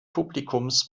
publikums